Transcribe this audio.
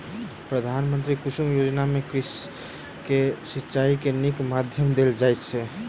प्रधानमंत्री कुसुम योजना में कृषक के सिचाई के नीक माध्यम देल जाइत अछि